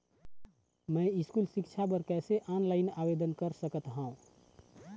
मैं स्कूल सिक्छा बर कैसे ऑनलाइन आवेदन कर सकत हावे?